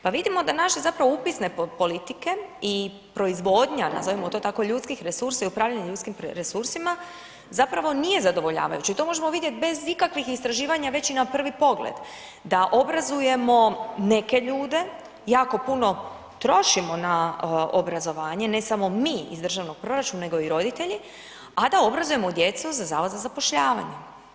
Pa vidimo da naše zapravo upisne politike i proizvodnja, nazovimo to tako ljudskih resursa i upravljanje ljudskim resursima, zapravo nije zadovoljavajuća, i to možemo vidjeti bez ikakvih istraživanja već i na prvi pogled, da obrazujemo neke ljude, jako puno trošimo na obrazovanje, ne samo mi iz državnog proračuna, nego i roditelji, a da obrazujemo djecu za Zavod za zapošljavanje.